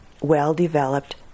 well-developed